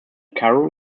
carew